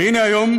והנה היום,